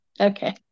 Okay